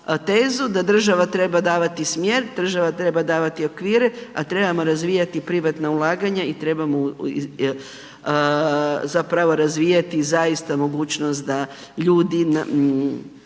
da država treba davati smjer, država treba davati okvire, a trebamo razvijati privatna ulaganja i trebamo zapravo razvijati zaista mogućnost da ljudi